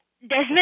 Desmond